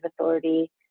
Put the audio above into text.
authority